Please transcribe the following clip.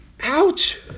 Ouch